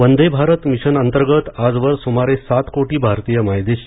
वंदे भारत मिशनअंतर्गत आजवर सुमारे सात कोटी भारतीय मायदेशी